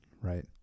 right